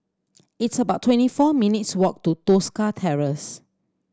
it's about twenty four minutes' walk to Tosca Terrace